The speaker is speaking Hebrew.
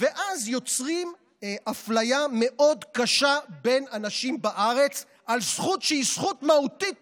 ואז יוצרים אפליה מאוד קשה בין אנשים בארץ על זכות שהיא זכות מהותית